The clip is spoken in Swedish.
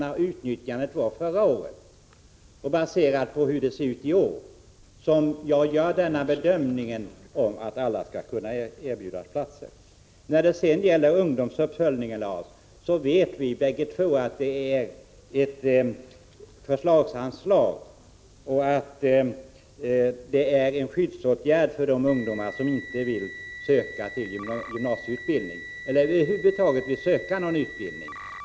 Denna bedömning om att alla skall kunna erbjudas plats är baserad på hur ansökningarna och utnyttjandet var förra året och på hur det ser ut i år. När det sedan gäller ungdomsuppföljningen vet vi båda två att det är fråga om ett förslagsanslag som gäller en skyddsåtgärd för de ungdomar som över huvud taget inte vill söka någon utbildning.